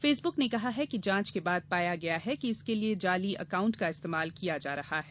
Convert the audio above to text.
Facebook ने कहा है कि जोंच के बाद पाया गया है कि इसके लिए जाली अकांऊट का इस्तेमाल किया जा रहा है